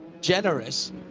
generous